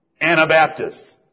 Anabaptists